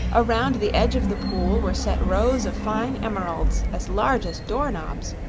around the edge of the pool were set rows of fine emeralds as large as door-knobs,